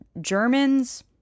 Germans